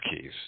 keys